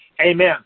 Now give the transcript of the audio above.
Amen